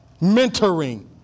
mentoring